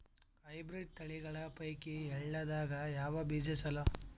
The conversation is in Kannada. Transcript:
ಹೈಬ್ರಿಡ್ ತಳಿಗಳ ಪೈಕಿ ಎಳ್ಳ ದಾಗ ಯಾವ ಬೀಜ ಚಲೋ?